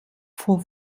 von